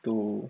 to